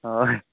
ହଏ